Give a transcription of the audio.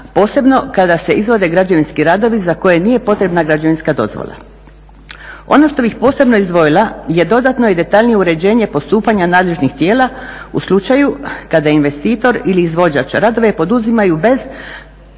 posebno kada se izvode građevinski radovi za koje nije potrebna građevinska dozvola. Ono što bih posebno izdvojila je dodatno i detaljnije uređenje postupanja nadležnih tijela u slučaju kada investitor ili izvođač radove poduzimaju bez